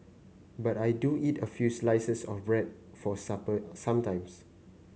but I do eat a few slices of bread for supper sometimes